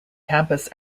campus